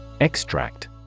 Extract